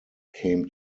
came